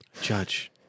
Judge